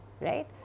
right